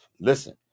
listen